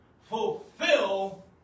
fulfill